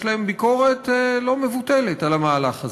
להם ביקורת לא מבוטלת על המהלך הזה,